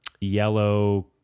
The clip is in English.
yellow